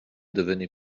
devenait